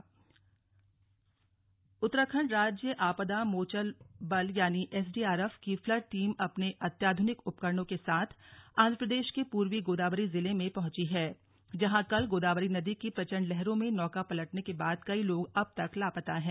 SDRF team rescue Uttarakhand राज्य आपदा मोचन बल यानि एसडीआरएफ की फ्लड टीम अपने अत्याधुनिक उपकरणों के साथ आंध्र प्रदेश के पूर्वी गोदावरी जिले में पहुंची है जहां कल गोदावरी नदी की प्रचंड लहरों में नौका पलटने के बाद कई लोग अब तक लापता हैं